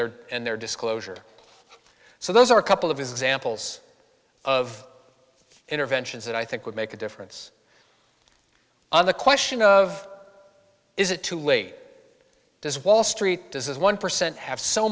their and their disclosure so those are a couple of examples of interventions that i think would make a difference on the question of is it too late does wall street does is one percent have so